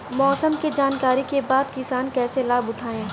मौसम के जानकरी के बाद किसान कैसे लाभ उठाएं?